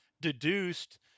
deduced